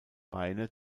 beine